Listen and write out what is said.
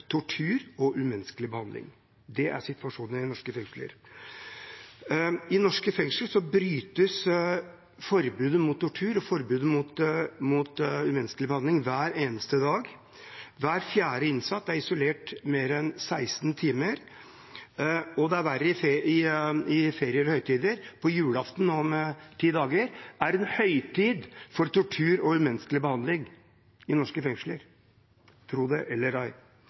tortur og umenneskelig behandling. Det er situasjonen i norske fengsler. I norske fengsler brytes forbudet mot tortur og forbudet mot umenneskelig behandling hver eneste dag. Hver fjerde innsatt er isolert mer enn 16 timer i døgnet, og det er verre i ferier og i høytider. Julaften – om 12 dager – er en høytid for tortur og umenneskelig behandling i norske fengsler, tro det eller ei.